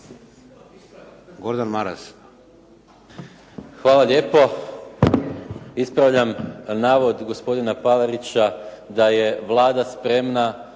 Gordan (SDP)** Hvala lijepo. Ispravljam navod gospodina Palarića da je Vlada spremna